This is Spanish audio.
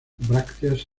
brácteas